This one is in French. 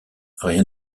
rien